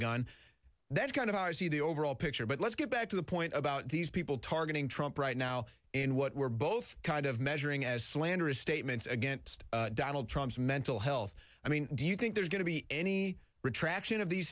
gun that kind of eyes see the overall picture but let's get back to the point about these people targeting trump right now and what we're both kind of measuring as slanderous statements against donald trump's mental health i mean do you think there's going to be any retraction of these